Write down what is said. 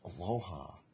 Aloha